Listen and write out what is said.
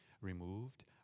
removed